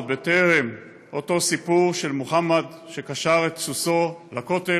עוד בטרם אותו סיפור של מוחמד שקשר את סוסו לכותל,